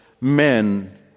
men